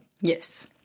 Yes